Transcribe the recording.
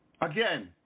again